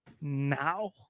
Now